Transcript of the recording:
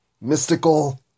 Mystical